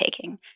taking